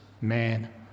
man